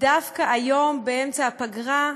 דווקא היום, באמצע הפגרה.